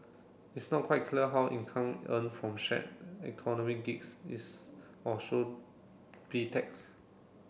it's not quite clear how income earned from shared economy gigs is or should be taxed